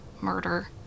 murder